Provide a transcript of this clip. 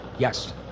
Yes